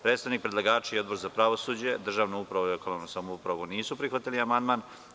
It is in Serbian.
Predstavnik predlagača i Odbor za pravosuđe, državnu upravu i lokalnu samoupravu nisu prihvatili amandman.